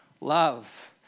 love